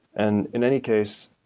and in any case,